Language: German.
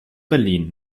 berlin